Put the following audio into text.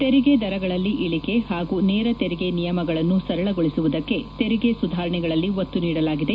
ತೆರಿಗೆ ದರಗಳಲ್ಲಿ ಇಳಿಕೆ ಹಾಗೂ ನೇರ ತೆರಿಗೆ ನಿಯಮಗಳನ್ನು ಸರಳಗೊಳಿಸುವುದಕ್ಕೆ ತೆರಿಗೆ ಸುಧಾರಣೆಗಳಲ್ಲಿ ಒತ್ತು ನೀಡಲಾಗಿದೆ